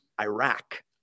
Iraq